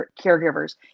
caregivers